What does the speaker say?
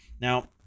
Now